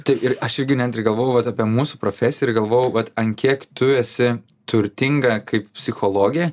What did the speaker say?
tai ir aš irgi net ir galvojau vat apie mūsų profesiją ir galvojau vat ant kiek tu esi turtinga kaip psichologė